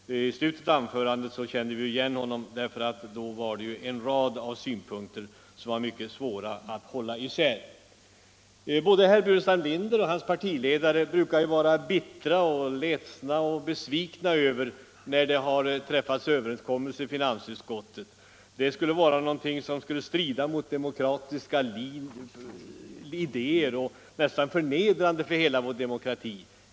I slutet av hans anförande kände vi igen honom. Där framförde han en rad synpunkter på känt maner som var mycket svåra att hålla isär. Både herr Burenstam Linder och hans partiledare brukar vara bittra, ledsna och besvikna när det har träffats överenskommelser tidigare. Dessa skulle strida mot demokratiska idéer, ja, nästan vara förnedrande för hela vår demokrati.